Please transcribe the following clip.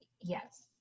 Yes